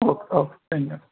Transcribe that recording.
okay okay धन्यवाद